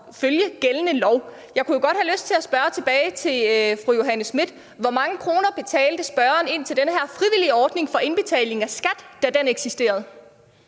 følge gældende lov. Jeg kunne jo godt have lyst til at spørge tilbage til fru Johanne Schmidt-Nielsen om noget: Hvor mange kroner betalte spørgeren ind til den her frivillige ordning for indbetaling af skat, da den eksisterede?